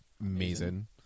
amazing